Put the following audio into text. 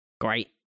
Great